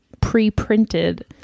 pre-printed